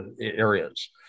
areas